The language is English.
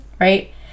right